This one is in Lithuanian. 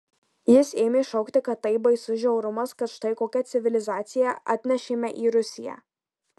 jis ėmė šaukti kad tai baisus žiaurumas kad štai kokią civilizaciją atnešėme į rusiją